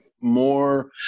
more